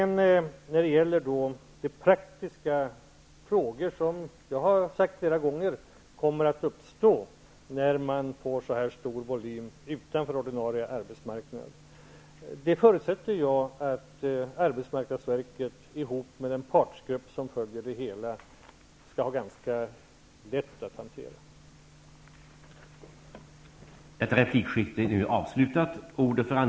När det gäller de praktiska problem som kommer att uppstå när man får så stor volym utanför den ordinarie arbetsmarknaden -- vilket jag flera gånger har nämnt -- förutsätter jag att arbetsmarknadsverket tilsammans med den partsgrupp som följer det hela kommer att få ganska lätt att hantera dem.